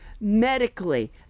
medically